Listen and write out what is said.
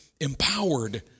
empowered